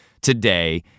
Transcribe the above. today